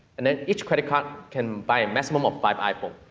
and then, each credit card can buy a maximum of five iphones.